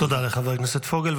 תודה לחבר הכנסת פוגל.